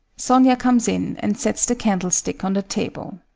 sonia comes in and sets the candle stick on the table.